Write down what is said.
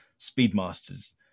Speedmasters